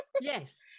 Yes